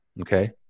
Okay